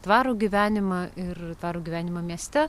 tvarų gyvenimą ir tvarų gyvenimą mieste